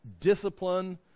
discipline